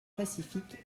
pacifiques